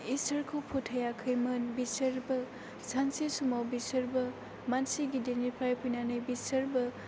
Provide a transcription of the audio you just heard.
इसोरखौ फोथायाखैमोन बिसोरबो सानसे समाव बिसोरबो मानसि गिदिरनिफ्राय फैनानै बिसोरबो